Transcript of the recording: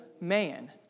man